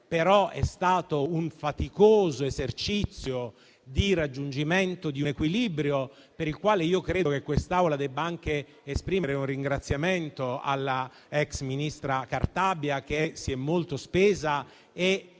però è stato un faticoso esercizio di raggiungimento di un equilibrio, per il quale credo che quest'Aula debba anche esprimere un ringraziamento all'ex ministra Cartabia che si è molto spesa e